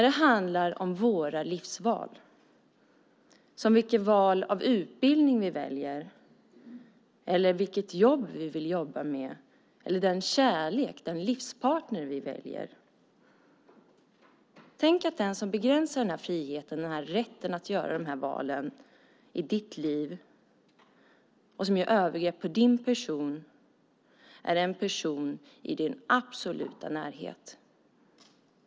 Det handlar om våra livsval, till exempel vilket val av utbildning vi gör eller vilket jobb vi vill ha eller den kärlek, den livspartner, vi väljer. Tänk att den som begränsar den här friheten, rätten att göra de här valen, i ditt liv och som begår övergrepp på din person är en person i din absoluta närhet.